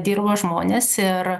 dirba žmonės ir